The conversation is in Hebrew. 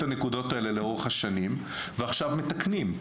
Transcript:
הנקודות האלה לאורך השנים ועכשיו מתקנים.